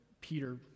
Peter